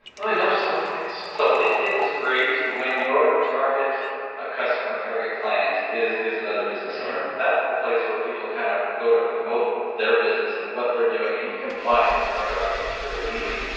i know some things. so, linkedin is great when your target a customer, target client is is another business owner. that's the place where people kind of go to promote their business and what they're doing. and you can find your target audience really easy.